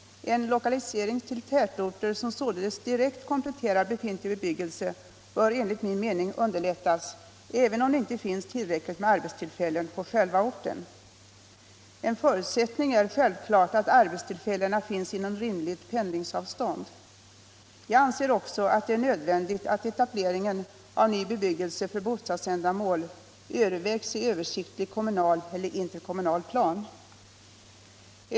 En lokalisering till tätorter som således direkt kompletterar befintlig bebyggelse bör enligt min mening underlättas, även om det inte finns tillräckligt med arbetstillfällen på själva orten. En förutsättning är självklart att arbetstillfällen finns inom rimligt pendlingsavstånd. Jag anser också att det är nödvändigt att etableringen av ny bebyggelse för bostadsändamål övervägs i översiktlig kommunal eller interkommunal plan.